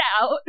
out